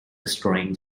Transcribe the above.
destroying